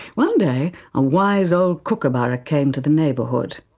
one day a wise old kookaburracame to the neighbourhood.